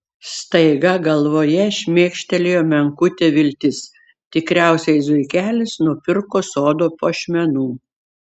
staiga galvoje šmėkštelėjo menkutė viltis tikriausiai zuikelis nupirko sodo puošmenų